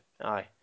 Aye